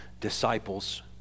disciples